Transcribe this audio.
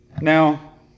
Now